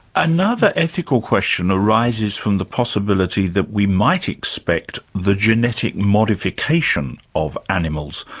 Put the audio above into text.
another ethical question arises from the possibility that we might expect the genetic modification of animals,